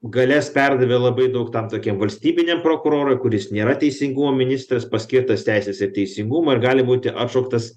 galias perdavė labai daug tam tokiam valstybiniam prokurorui kuris nėra teisingumo ministras paskirtas teisės ir teisingumo ir gali būti atšauktas